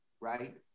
right